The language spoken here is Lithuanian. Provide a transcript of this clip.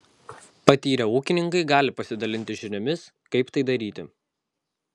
patyrę ūkininkai gali pasidalinti žiniomis kaip tai daryti